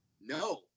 No